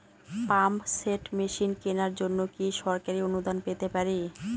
Pump set machine কেনার জন্য কি সরকারি অনুদান পেতে পারি?